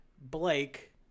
Blake